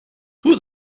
who